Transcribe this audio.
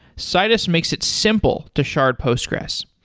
citus makes it simple to shard postgres.